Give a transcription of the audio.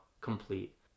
complete